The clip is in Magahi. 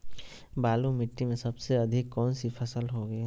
बालू मिट्टी में सबसे अधिक कौन सी फसल होगी?